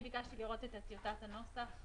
ביקשתי את טיוטת הנוסח,